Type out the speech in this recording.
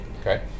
Okay